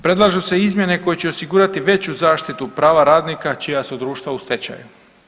Predlažu se izmjene koje će osigurati veću zaštitu prava radnika čija su društva u stečaju.